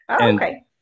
Okay